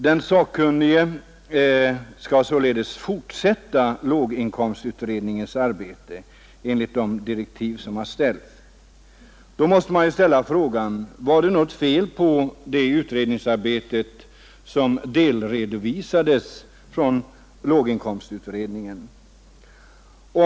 Den sakkunnige skall fortsätta låginkomstutredningens arbete enligt de direktiv som har getts. Då måste man ju ställa frågan: Var det något fel på det utredningsarbete som delredovisades från låginkomstutredningen?